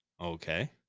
Okay